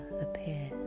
appear